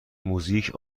موزیک